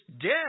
death